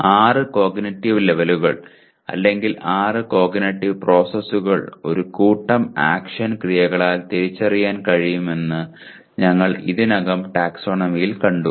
ആറ് കോഗ്നിറ്റീവ് ലെവലുകൾ അല്ലെങ്കിൽ ആറ് കോഗ്നിറ്റീവ് പ്രോസസ്സുകൾ ഒരു കൂട്ടം ആക്ഷൻ ക്രിയകളാൽ തിരിച്ചറിയാൻ കഴിയുമെന്ന് ഞങ്ങൾ ഇതിനകം ടാക്സോണമിയിൽ കണ്ടു